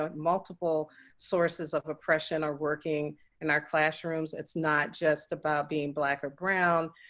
ah multiple sources of oppression are working in our classrooms. it's not just about being black or brown.